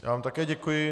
Já vám také děkuji.